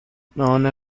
نان